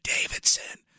Davidson